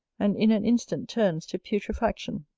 and in an instant turns to putrefaction.